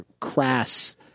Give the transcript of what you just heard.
crass